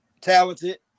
talented